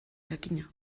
jakina